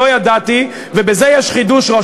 לא ידעתי ובזה יש חידוש,